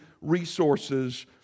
resources